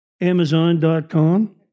Amazon.com